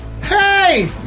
hey